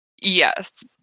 Yes